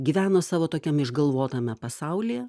gyveno savo tokiam išgalvotame pasaulyje